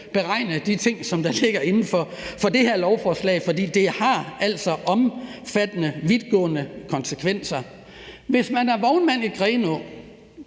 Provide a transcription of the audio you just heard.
beregne de ting, der ligger inden for det her lovforslag. For det har altså omfattende og vidtrækkende konsekvenser. Hvis man er vognmand i Grenaa